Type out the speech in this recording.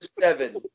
seven